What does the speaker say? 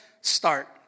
start